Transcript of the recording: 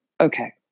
Okay